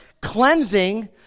cleansing